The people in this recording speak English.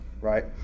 right